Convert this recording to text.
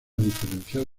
diferencial